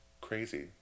crazy